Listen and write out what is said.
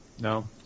No